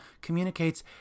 communicates